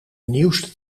nieuwste